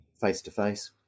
face-to-face